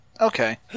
Okay